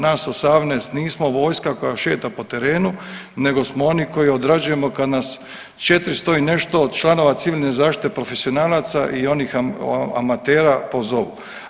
Nas 18 nismo vojska koja šeta po terenu nego smo oni koji odrađujemo kad nas 400 i nešto članova civilne zaštite profesionalaca i onih amatera pozovu.